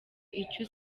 icyo